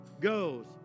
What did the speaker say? goes